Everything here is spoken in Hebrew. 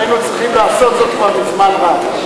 היינו צריכים לעשות זאת כבר מזמן רב.